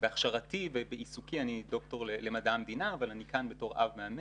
בהכשרתי ובעיסוקי אני דוקטור למדע המדינה אבל אני כאן בתור אב מאמץ,